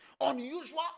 Unusual